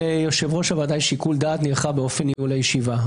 ליושב-ראש הוועדה יש שיקול דעת נרחב באופן ניהול הישיבה.